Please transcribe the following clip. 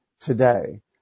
today